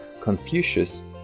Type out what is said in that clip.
Confucius